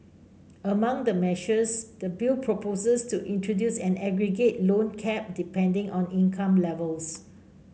among the measures the bill proposes to introduce an aggregate loan cap depending on income levels